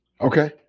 Okay